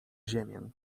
ziemię